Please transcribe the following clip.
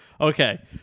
Okay